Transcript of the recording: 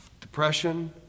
depression